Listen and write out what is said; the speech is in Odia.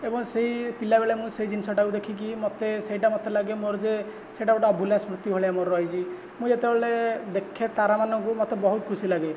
ଏବଂ ସେଇ ପିଲାବେଳେ ମୁଁ ସେଇ ଜିନିଷଟାକୁ ଦେଖିକି ମୋତେ ସେଇଟା ମୋତେ ଲାଗେ ମୋର ଯେ ସେଇଟା ଗୋଟେ ଅଭୁଲା ସ୍ମୃତି ଭଳିଆ ମୋର ରହିଛି ମୁଁ ଯେତେବେଳେ ଦେଖେ ତାରା ମାନଙ୍କୁ ମୋତେ ବହୁତ ଖୁସି ଲାଗେ